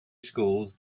schools